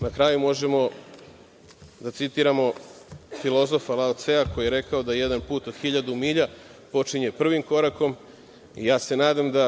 Na kraju, možemo da citiramo filozova Mao Ce, koji je rekao: „Jedan put od hiljadu milja počinje prvim korakom“ i nadam se da